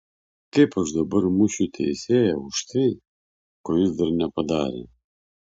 kaip aš dabar mušiu teisėją už tai ko jis dar nepadarė